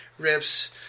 riffs